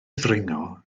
ddringo